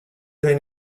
dai